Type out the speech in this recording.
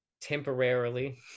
temporarily